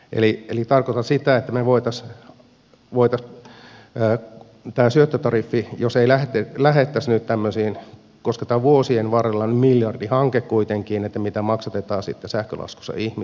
eli tarkoitan sitä että me voisimme tämän syöttötariffin jos ei lähdettäisi nyt tämmöisiin koska tämä on vuosien varrella kuitenkin miljardihanke jota maksatetaan sitten sähkölaskussa viime